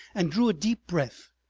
and drew a deep breath,